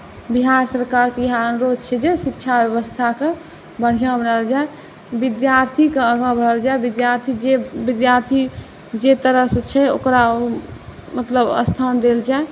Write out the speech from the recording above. बिहार सरकारसे इएह अनुरोध छै जे शिक्षा व्यवस्थाकेँ बढ़िआँ बनायल जाए विद्यार्थीकेँ आगाँ बढ़ायल जाए जे विद्यार्थी जे तरह से छै ओकरा मतलब स्थान देल जाए